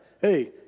Hey